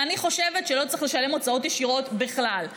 אני חושבת שלא צריך לשלם הוצאות ישירות בכלל,